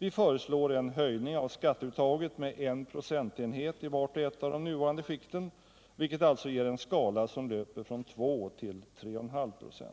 Vi föreslår en höjning av skatteuttaget med 1 procentenhet i vart och ett av de nuvarande skikten, vilket alltså ger en skala som löper från 2 till 3,5 24.